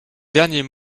dernier